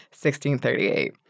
1638